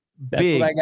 Big